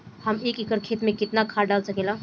हम एक एकड़ खेत में केतना खाद डाल सकिला?